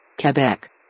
Quebec